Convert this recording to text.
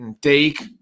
Take